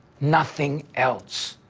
nothing else.